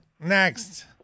Next